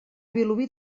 vilobí